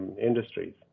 industries